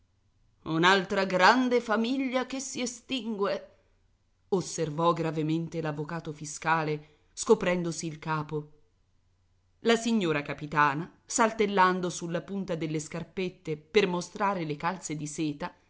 un'altra grande famiglia che si estingue osservò gravemente l'avvocato fiscale scoprendosi il capo la signora capitana saltellando sulla punta delle scarpette per mostrare le calze di seta